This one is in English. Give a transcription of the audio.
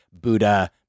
Buddha